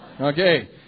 Okay